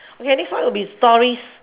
okay next one will be stories